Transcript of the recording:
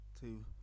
two